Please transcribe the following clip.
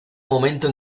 momento